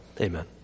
Amen